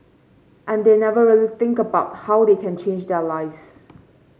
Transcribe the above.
and they never really think about how they can change their lives